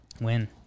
Win